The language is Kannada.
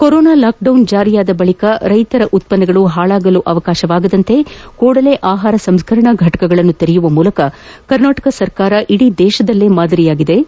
ಕೊರೋನಾ ಲಾಕ್ಡೌನ್ ಜಾರಿಯಾದ ಬಳಿಕ ರೈತರ ಉತ್ಪನ್ನಗಳು ಹಾಳಾಗಲು ಅವಕಾಶವಾಗದಂತೆ ಕೂಡಲೇ ಆಹಾರ ಸಂಸ್ಕರಣಾ ಫಟಕಗಳನ್ನು ತೆರೆಯುವ ಮೂಲಕ ಕರ್ನಾಟಕ ಸರ್ಕಾರ ಇಡೀ ದೇಶದಲ್ಲೇ ಮಾದರಿಯಾಗಿದ್ದು